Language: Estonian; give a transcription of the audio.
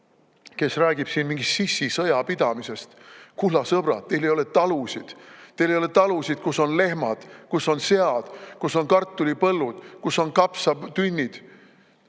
räägib siin mingist sissisõja pidamisest. Kulla sõbrad, teil ei ole talusid! Teil ei ole talusid, kus on lehmad, kus on sead, kus on kartulipõllud, kus on kapsatünnid.